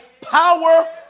power